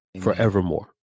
forevermore